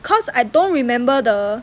cause I don't remember the